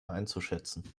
einzuschätzen